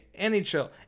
NHL